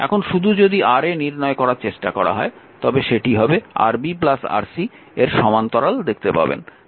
এখন শুধু যদি Ra নির্ণয় করার চেষ্টা করা হয় তবে সেটি Rb Rc এর সমান্তরালে দেখতে পাবেন